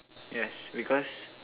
yes because